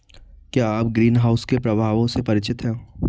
क्या आप ग्रीनहाउस के प्रभावों से परिचित हैं?